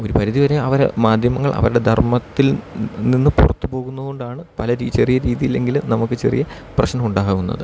ഒരു പരിധിവരെ അവരെ മാധ്യമങ്ങൾ അവരുടെ ധർമ്മത്തിൽ നിന്ന് പുറത്തു പോകുന്നതുകൊണ്ടാണ് പലരീതി ചെറിയ രീതിയിലെങ്കിലും നമുക്ക് ചെറിയ പ്രശ്നം ഉണ്ടാവുന്നത്